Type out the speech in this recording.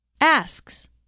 asks